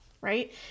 right